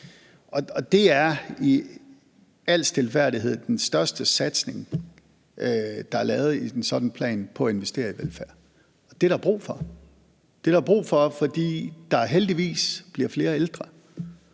Det er i al stilfærdighed den største satsning, der er lavet i en sådan plan, i forhold til at investere i velfærd. Det er der brug for. Det er der brug for, fordi der heldigvis bliver flere ældre,